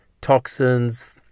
toxins